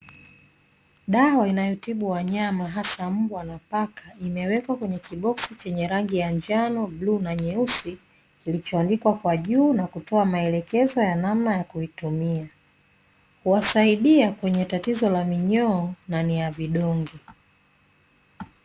Dawa inayotibu wanyama hasa mbwa na paka, imewekwa kwenye kiboksi chenye rangi ya njano, bluu na nyeusi, kilichoandikwa kwa juu na kutoa maelekezo ya namna ya kuitumia. Huwasaidia kwenye tatizo la minyoo na ni ya vidonge.